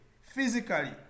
physically